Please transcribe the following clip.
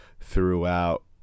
Throughout